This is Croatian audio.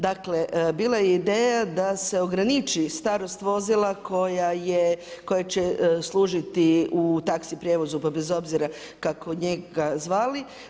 Dakle, bila je ideja, da se ograniči starost vozila koja je, koje će služiti u taxi prijevozu, bez obzira kako njega zvali.